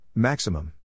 Maximum